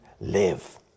live